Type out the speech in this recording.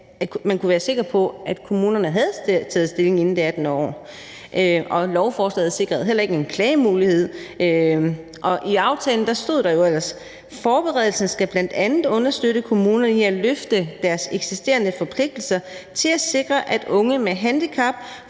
at kommunerne havde taget stilling inden det 18. år, ligesom lovforslaget heller ikke sikrede en klagemulighed. I aftalen står der jo ellers, at forberedelsen bl.a. skal understøtte kommunerne i at løfte deres eksisterende forpligtelse til at sikre, at unge med handicap